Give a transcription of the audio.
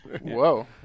Whoa